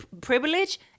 privilege